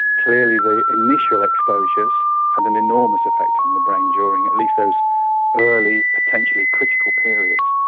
clearly the initial exposures had an enormous effect on the brain during at least those early potentially critical periods.